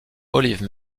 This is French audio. olive